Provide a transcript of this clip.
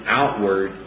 outward